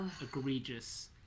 egregious